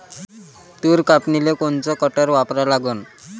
तूर कापनीले कोनचं कटर वापरा लागन?